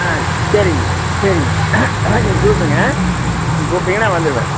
ஆ சரிங்கம்மா சரிங்க நீங்கள் கூப்பிடுங்க நீங்கள் கூப்பிட்டிங்கன்னா நான் வந்துடுவேன்